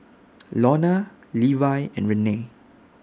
Lorna Levi and Renae